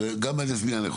גם מהנדס בניין.